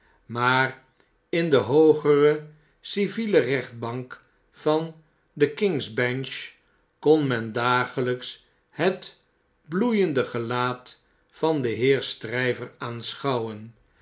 maar in de hoogere civiele rechtbank van de kings bench kon men dagelps het bloeiende gelaat van den heer stryver aanschouwen